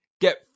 get